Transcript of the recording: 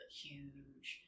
huge